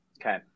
Okay